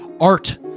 art